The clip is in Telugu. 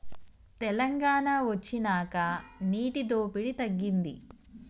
తెలంగాణ వొచ్చినాక నీటి దోపిడి తగ్గింది